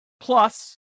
Plus